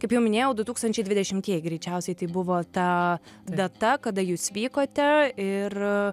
kaip jau minėjau du tūkstanėiai dvidešimtieji greičiausiai tai buvo ta data kada jūs vykote ir